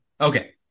Okay